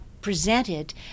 presented